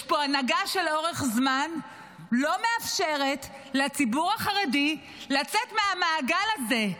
יש פה הנהגה שלאורך זמן לא מאפשרת לציבור החרדי לצאת מהמעגל הזה,